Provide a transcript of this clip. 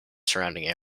surrounding